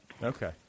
Okay